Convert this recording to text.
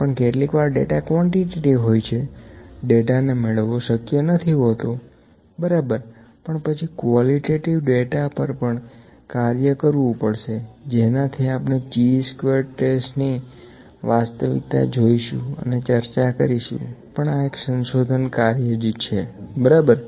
પણ કેટલીકવાર data quantitative હોય છે ડેટા ને મેળવવો શક્ય નથી હોતો બરાબર પણ પછી કવોલીટેટીવ ડેટા પર પણ કાર્ય કરવું પડશે જેનાથી આપણે ચી સ્કવેરડ ટેસ્ટ ની વાસ્તવિકતા જોઇશું અને ચર્ચા કરીશુ પણ આં એક સંશોધન કાર્ય જ છે બરાબર